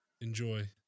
Enjoy